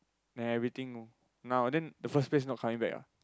then everything now then the first place not coming back ah